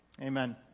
Amen